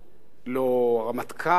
לא הרמטכ"ל,